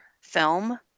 film